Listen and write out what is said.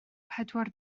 pedwar